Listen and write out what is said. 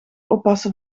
oppassen